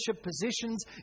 positions